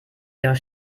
ihrer